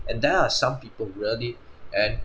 and there are some people really and